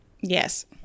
Yes